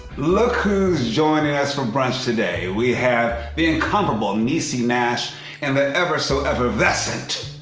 look who's joining us for brunch today. we have the incomparable niecy nash and the ever so effervescent,